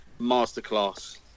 masterclass